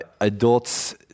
adults